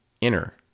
inner